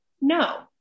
No